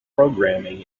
programming